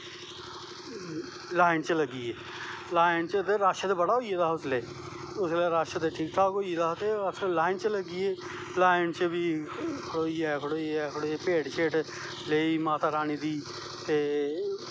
line च लग्गी गे लाईन च रश ते बड़ा होई गेदा हा उसलै रश ते ठीक ठाक होई गेदा हा ते अस लाईन च लग्गी गे लाईन च बी खड़ोई खड़ोइयै भेंट लग्गी माता दी ते